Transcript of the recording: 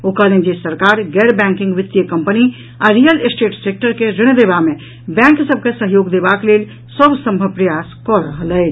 ओ कहलनि जे सरकार गैर बैंकिंग वित्तीय कंपनी आ रियल स्टेट सेक्टर के ऋण देबा मे बैंक सभ के सहयोग देबाक लेल सभ संभव प्रयास कऽ रहल अछि